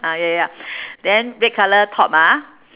ah ya ya then red colour top ah